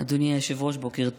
הפרק